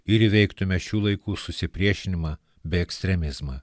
ir įveiktumėme šių laikų susipriešinimą bei ekstremizmą